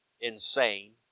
insane